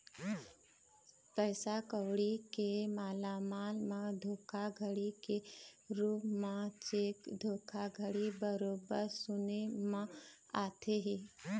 पइसा कउड़ी के मामला म धोखाघड़ी के रुप म चेक धोखाघड़ी बरोबर सुने म आथे ही